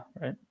right